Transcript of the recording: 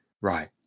right